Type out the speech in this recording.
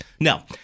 No